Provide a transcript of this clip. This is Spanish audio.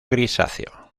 grisáceo